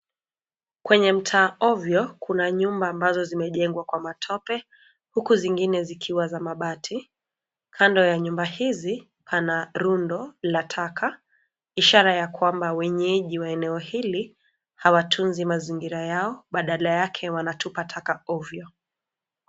Kwenye mtaa ovyo kuna nyumba ambazo zimejengwa kwa matope huku zingine zikiwa za mabati. Kando ya nyumba hizi pana rundo la taka, ishara ya kwamba wenyeji wa eneo hili, hawatunzi mazingira yao; badala yake wanatupa taka ovyo.